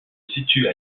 situe